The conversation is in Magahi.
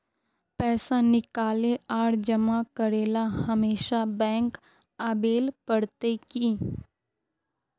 पैसा निकाले आर जमा करेला हमेशा बैंक आबेल पड़ते की?